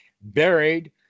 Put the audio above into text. buried